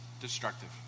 destructive